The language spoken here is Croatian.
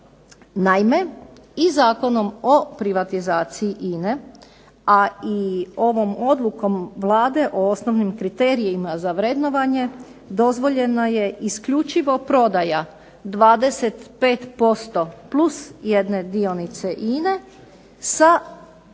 Naime, i Zakonom o privatizaciji INA-e a i ovom odlukom Vlade o osnovnim kriterijima za vrednovanje dozvoljena je isključivo prodaja 25% plus jedne dionice INA-e sa pripadajućim